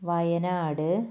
Wayanad